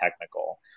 technical